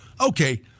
okay